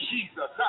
Jesus